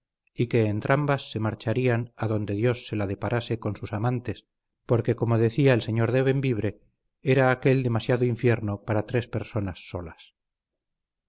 y que entrambas se marcharían a donde dios se la deparase con sus amantes porque como decía el señor de bembibre era aquel demasiado infierno para tres personas solas